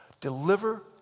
deliver